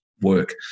work